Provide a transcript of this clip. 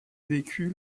vécu